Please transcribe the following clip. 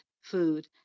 food